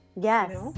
yes